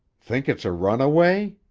think it's a runaway?